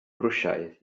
rwsiaidd